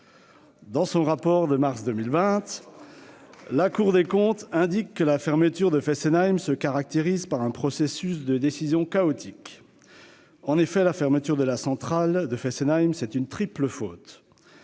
Dans son rapport de mars 2020, la Cour des comptes indique que la fermeture de Fessenheim se caractérise par un processus de décision chaotique. De fait, cette fermeture est une triple faute.